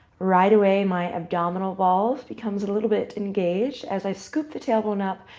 right away, my abdominal wall becomes a little bit engaged as i scoop the tailbone up,